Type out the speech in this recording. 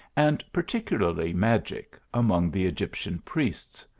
and particularly magic, among the egyptian priests.